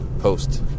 post